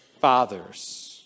Fathers